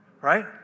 Right